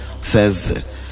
says